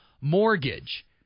Mortgage